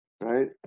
right